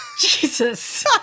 Jesus